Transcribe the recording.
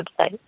website